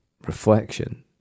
reflection